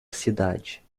cidade